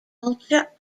culture